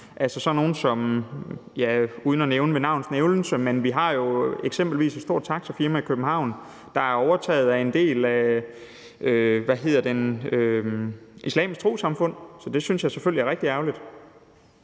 og jeg vil undlade at nævne dem ved navn. Men vi har jo eksempelvis et stort taxafirma i København, der er overtaget af en del af Islamisk Trossamfund, så det synes jeg selvfølgelig er rigtig ærgerligt.